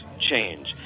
change